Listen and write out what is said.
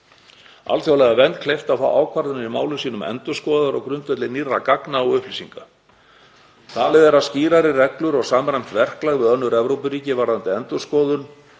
alþjóðlega vernd kleift að fá ákvarðanir í málum sínum endurskoðaðar á grundvelli nýrra gagna og upplýsinga. Talið er að skýrari reglur og samræmt verklag við önnur Evrópuríki varðandi endurskoðun